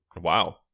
Wow